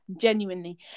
genuinely